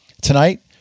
tonight